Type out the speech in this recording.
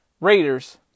Raiders